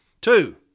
Two